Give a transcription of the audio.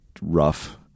rough